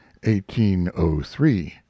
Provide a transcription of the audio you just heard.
1803